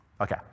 okay